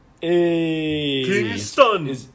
Kingston